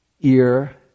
ear